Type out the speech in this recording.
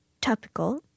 topical